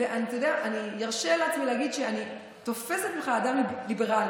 ואני ארשה לעצמי להגיד שאני תופסת ממך אדם ליברלי,